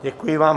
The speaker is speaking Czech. Děkuji vám.